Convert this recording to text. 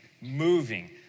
moving